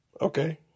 Okay